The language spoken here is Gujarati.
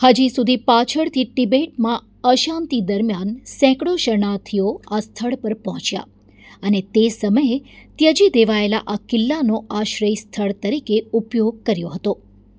હજી સુધી પાછળથી તિબેટમાં અશાંતિ દરમિયાન સેંકડો શરણાર્થીઓ આ સ્થળ પર પહોંચ્યા અને તે સમયે ત્યજી દેવાયેલા આ કિલ્લાનો આશ્રય સ્થળ તરીકે ઉપયોગ કર્યો હતો